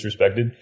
disrespected